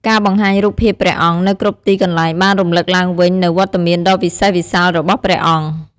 ការបង្ហាញរូបភាពព្រះអង្គនៅគ្រប់ទីកន្លែងបានរំលឹកឡើងវិញនូវវត្តមានដ៏វិសេសវិសាលរបស់ព្រះអង្គ។